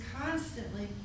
constantly